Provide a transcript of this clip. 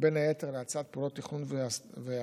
בין היתר להאצת פעולות תכנון והסדרה.